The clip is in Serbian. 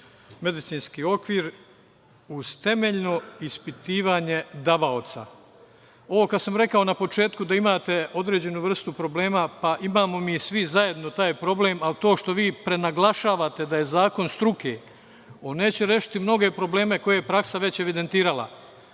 medicinski okvir, uz temeljno ispitivanje davaoca. Kad sam ovo rekao na početku da imate određenu vrstu problema, pa imamo mi svo zajedno taj problem, ali to što vi prenaglašavate da je zakon struke, on neće rešiti mnoge probleme koje je praksa već evidentirala.